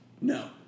No